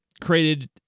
created